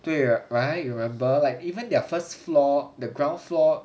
对 lah 我还 remember right even their first floor the ground floor